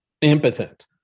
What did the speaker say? impotent